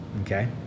okay